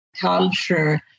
culture